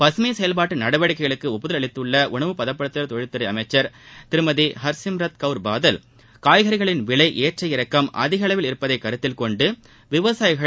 பகமை செயல்பாட்டு நடவடிக்கைகளுக்கு ஒப்புதல் அளித்துள்ள உணவு பதப்படுத்துதல் தொழில்துறை அமைச்சர் திருமதி ஹர்சிம்ரத் கவர் பாதல் காய்கறிகளின் விலை ஏற்ற இறக்கம் அதிக அளவில் இருப்பதை கருத்தில் கொண்டு விவசாயிகள்